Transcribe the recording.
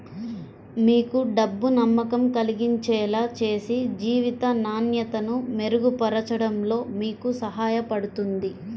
మీకు డబ్బు నమ్మకం కలిగించేలా చేసి జీవిత నాణ్యతను మెరుగుపరచడంలో మీకు సహాయపడుతుంది